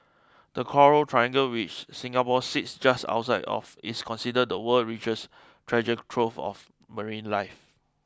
the coral triangle which Singapore sits just outside of is considered the world's richest treasure trove of marine life